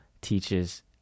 teaches